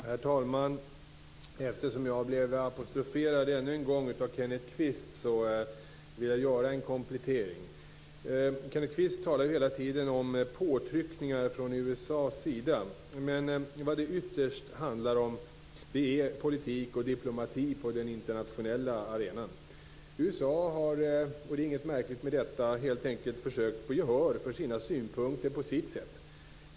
Herr talman! Eftersom jag blev apostroferad ännu en gång av Kenneth Kvist vill jag göra en komplettering. Kenneth Kvist talar hela tiden om påtryckningar från USA:s sida. Men vad det ytterst handlar om är politik och diplomati på den internationella arenan. USA har - och det är inget märkligt med detta - helt enkelt försökt få gehör för sina synpunkter på sitt sätt.